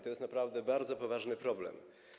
To jest naprawdę bardzo poważny problem.